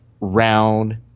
round